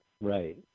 Right